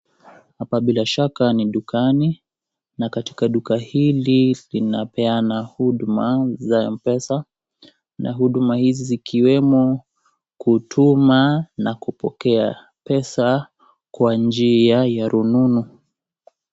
Hapa bila shaka ni dukani na katika duka hili inapeana huduma za (cs)M-pesa(cs) na huduma hizi zikiwemo kutuma na kupokea pesa kwa njiia ya rununu.